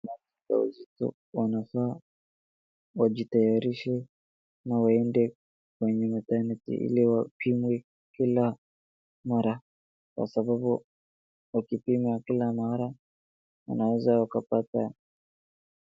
Wajawazito wanafaa wajitayarishe na waende kwenye maternity ili wapimwe kila mara kwa sababu wakipimwa kila mara wanaweza wakapata.